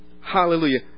Hallelujah